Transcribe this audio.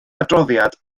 adroddiad